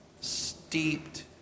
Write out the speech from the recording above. steeped